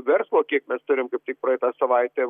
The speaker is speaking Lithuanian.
verslo kiek mes turim kaip tik praeitą savaitę